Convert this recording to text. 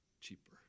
cheaper